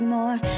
more